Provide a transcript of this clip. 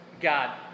God